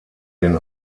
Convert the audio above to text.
den